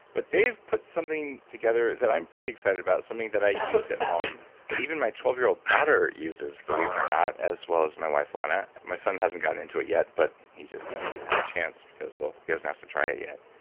but they've put something together that i'm pretty excited about, something that i use at home that even my twelve year old daughter uses, believe it or not, as well as my wife, lana. my son hasn't gotten into it yet, but he just hasn't had a chance because well, he hasn't asked to try it yet.